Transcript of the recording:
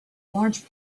large